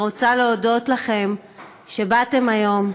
אני רוצה להודות לכם שבאתם היום,